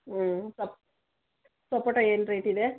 ಹ್ಞೂ ಸಪ್ ಸಪೋಟ ಏನು ರೇಟಿದೆ